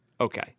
Okay